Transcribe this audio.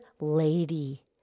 Lady